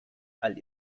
all